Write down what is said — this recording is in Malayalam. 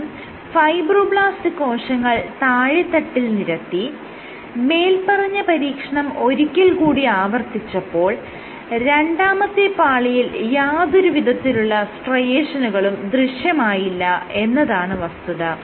ശേഷം ഫൈബ്രോബ്ലാസ്റ്റ് കോശങ്ങൾ താഴെത്തട്ടിൽ നിരത്തി മേല്പറഞ്ഞ പരീക്ഷണം ഒരിക്കൽ കൂടി ആവർത്തിച്ചപ്പോൾ രണ്ടാമത്തെ പാളിയിൽ യാതൊരു വിധത്തിലുള്ള സ്ട്രയേഷനുകളും ദൃശ്യമായില്ല എന്നതാണ് വസ്തുത